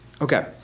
Okay